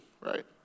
right